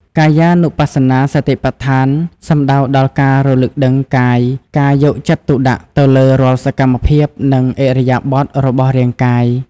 កាយានុបស្សនាសតិប្បដ្ឋាន សំដៅដល់ការរលឹកដឹងកាយ ការយកចិត្តទុកដាក់ទៅលើរាល់សកម្មភាព និងឥរិយាបថរបស់រាងកាយ។